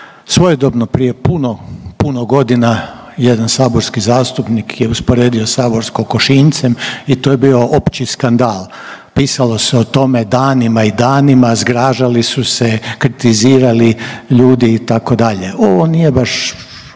Svojedobno prije puno, puno godina jedan saborski zastupnik je usporedio Sabor sa kokošinjcem i to je bio opći skandal. Pisalo se o tome danima i danima, zgražali su se, kritizirali ljudi itd. Ovo nije baš